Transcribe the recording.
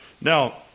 Now